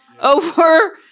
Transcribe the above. over